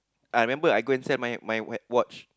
I remember I go and send my my white watch